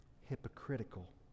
hypocritical